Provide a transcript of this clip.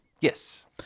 Yes